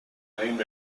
named